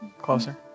closer